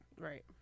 Right